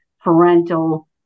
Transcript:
parental